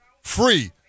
free